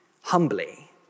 humbly